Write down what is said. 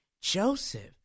Joseph